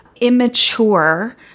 immature